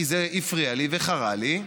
כי זה הפריע לי וחרה לי,